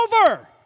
over